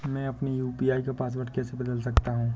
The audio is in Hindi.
मैं अपने यू.पी.आई का पासवर्ड कैसे बदल सकता हूँ?